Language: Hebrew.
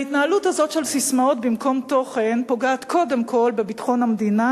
ההתנהלות הזאת של ססמאות במקום תוכן פוגעת קודם כול בביטחון המדינה,